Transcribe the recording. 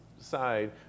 Side